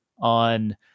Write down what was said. on